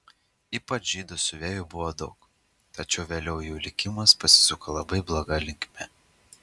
ypač žydų siuvėjų buvo daug tačiau vėliau jų likimas pasisuko labai bloga linkme